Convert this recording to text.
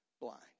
blind